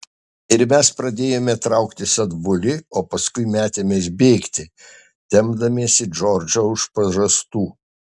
ir mes pradėjome trauktis atbuli o paskui metėmės bėgti tempdamiesi džordžą už pažastų